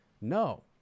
No